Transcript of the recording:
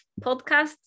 podcasts